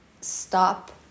stop